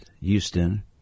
Houston